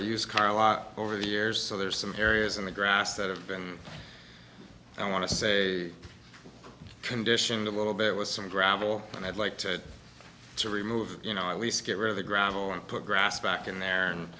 used car lot over the years so there are some areas in the grass that have been i want to say condition a little bit with some gravel and i'd like to to remove you know at least get rid of the gravel and put grass back in there and